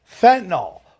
fentanyl